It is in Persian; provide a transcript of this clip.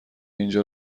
اینجا